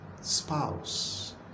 spouse